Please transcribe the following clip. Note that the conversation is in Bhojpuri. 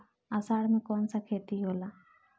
अषाढ़ मे कौन सा खेती होला?